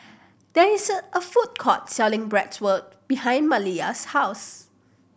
there is a food court selling Bratwurst behind Maliyah's house